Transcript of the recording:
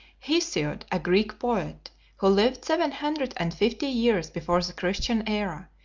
hesiod, a greek poet who lived seven hundred and fifty years before the christian era,